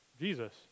Jesus